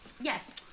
Yes